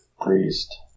priest